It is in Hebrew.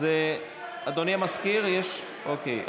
אדוני המזכיר, יש, אוקיי.